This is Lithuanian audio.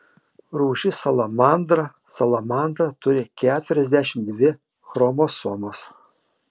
rūšis salamandra salamandra turi keturiasdešimt dvi chromosomas